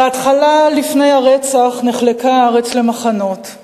בהתחלה, לפני הרצח, נחלקה הארץ למחנות.